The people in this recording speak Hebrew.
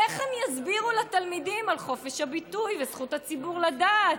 איך הם יסבירו לתלמידים על חופש הביטוי וזכות הציבור לדעת,